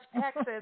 Texas